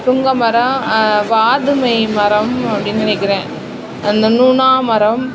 புங்கை மரம் வாதுமை மரம் அப்படினு நினைக்கிறேன் அந்த நுணாமரம்